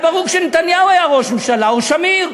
היה ברור כשנתניהו היה ראש ממשלה או שמיר.